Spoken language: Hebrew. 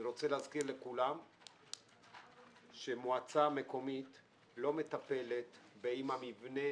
אני רוצה להזכיר לכולם שמועצה מקומית לא מטפלת האם המבנה